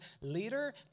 leader